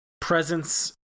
presence